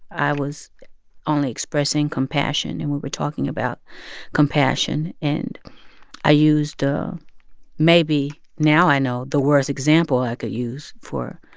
i was only expressing compassion, and we were talking about compassion. and i used ah maybe, now i know the worst example i could use for